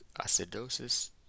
acidosis